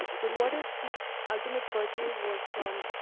but what if the ultimate purchase was from,